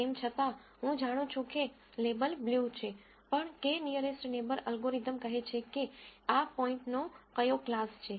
તેમ છતાં હું જાણું છું કે લેબલ બ્લુ છે પણ k નીઅરેસ્ટ નેબર અલ્ગોરિધમ કહે છે કે આ પોઈન્ટ નો કયો ક્લાસ છે